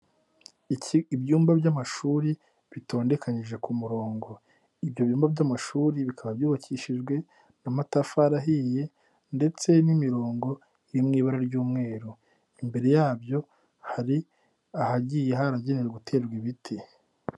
Ibyumba by'amashuri bitondekanyije ku murongo. Ibyo bimba by'amashuri bikaba byubakishijwe n'amatafari ahiye ndetse n'imirongo iri mu ibura ry'umweru. Imbere yabyo hari ahagiye haragenewe guterwa ibiti.